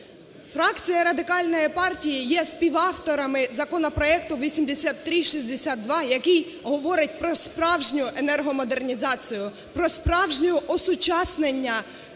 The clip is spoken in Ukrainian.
Фракція Радикальної партії є співавторами законопроекту 8362, який говорить про справжню енергомодернізацію, про справжнє осучаснення